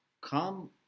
come